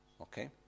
okay